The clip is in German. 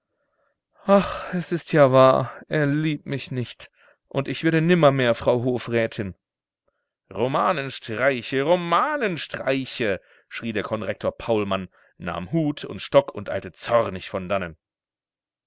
ach es ist ja wahr er liebt mich nicht und ich werde nimmermehr frau hofrätin romanenstreiche romanenstreiche schrie der konrektor paulmann nahm hut und stock und eilte zornig von dannen